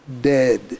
dead